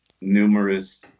numerous